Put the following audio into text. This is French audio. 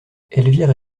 elvire